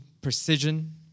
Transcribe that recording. precision